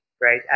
Right